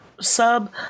sub